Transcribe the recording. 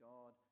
God